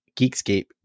geekscape